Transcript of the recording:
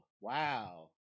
Wow